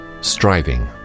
striving